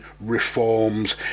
reforms